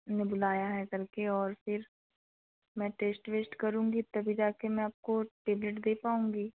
ने बुलाया है कर के और फिर मैं टेश्ट वेश्ट करूँगी तभी जाके मैं आपको टेबलेट दे पाऊँगी